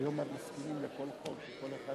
יהיה בריא, זה הכול.